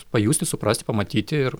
pajusti suprasti pamatyti ir